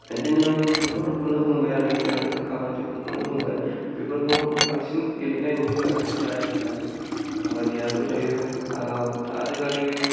बिदिनो फुटबल फोरखौनो बुंबाय आरोखि आङो खाबादिफोरखौनो बुंबाय बेफोरखौ बांसिन गेलेनाय नुयो आरोखि आजिखालि खाबादियाथ' जायो आजिखालि